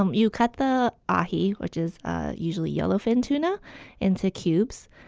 um you cut the ahi which is usually yellowfin tuna into cubes,